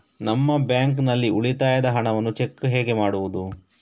ನಮ್ಮ ಬ್ಯಾಂಕ್ ನಲ್ಲಿ ಉಳಿತಾಯದ ಹಣವನ್ನು ಚೆಕ್ ಹೇಗೆ ಮಾಡುವುದು?